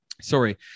Sorry